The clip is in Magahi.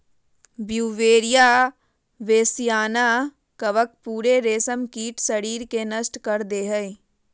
ब्यूवेरिया बेसियाना कवक पूरे रेशमकीट शरीर के नष्ट कर दे हइ